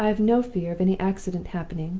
i have no fear of any accident happening,